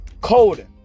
Coding